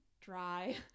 dry